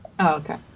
Okay